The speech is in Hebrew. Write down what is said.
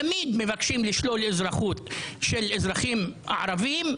תמיד מבקשים לשלול אזרחות של אזרחים ערבים,